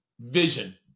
vision